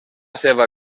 seva